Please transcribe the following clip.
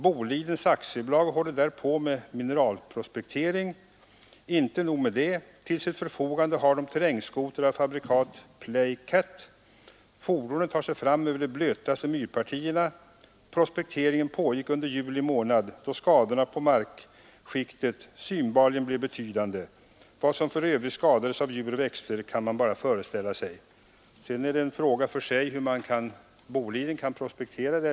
Boliden AB håller där på med mineralprospektering. Inte nog med det — till sitt förfogande har de terrängskotrar av fabrikat Play cat. Fordonen tar sig fram över de blötaste myrpartierna. Prospekteringen pågick under juli månad, då skadorna på markskiktet synbarligen blev betydande. Vad som för övrigt skadades av djur och växter kan man bara föreställa sig. Sedan är det en fråga för sig hur Boliden kan prospektera.